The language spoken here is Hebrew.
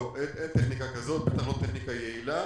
לא, אין טכניקה כזאת, בטח לא טכניקה יעילה.